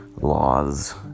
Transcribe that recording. laws